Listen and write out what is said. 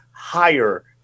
Higher